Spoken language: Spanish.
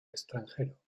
extranjero